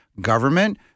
Government